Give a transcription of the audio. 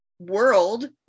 world